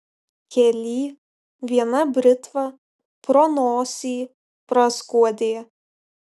kely viena britva pro nosį praskuodė